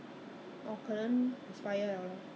meaning from all the way from 中国 all the way to Singapore